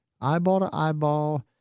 eyeball-to-eyeball